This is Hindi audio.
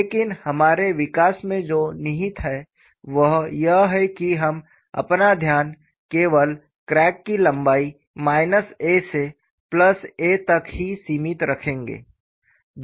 लेकिन हमारे विकास में जो निहित है वह यह है कि हम अपना ध्यान केवल क्रैक की लंबाई माइनस a से plus a a to a तक ही सीमित रखेंगे